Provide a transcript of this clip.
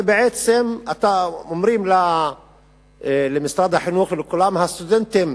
בעצם אומרים למשרד החינוך ולכולם: הסטודנטים